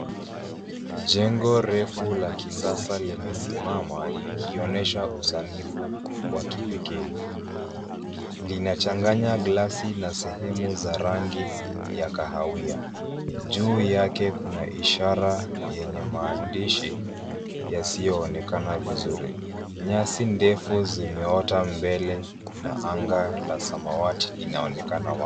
Jengo refu la kisasa limesimama likionesha usanifu wa kipekee. Linachanganya glasi na sehemu za rangi ya kahawia. Juu yake kuna ishara yenye maandishi yasiyo onekana vizuri. Nyasi ndefu zimeota mbele na anga la samawati linaonekana wazi.